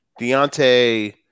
Deontay